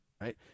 right